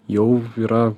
jau yra